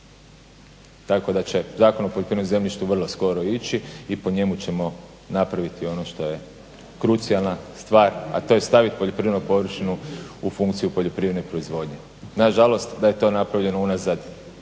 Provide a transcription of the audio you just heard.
Tako da će Zakon o poljoprivredno zemljištu vrlo skoro ići i po njemu ćemo napraviti ono što je krucijalna stvar a to je stavit poljoprivrednu površinu u funkciju poljoprivredne proizvodnje. Nažalost da je to napravljeno unazad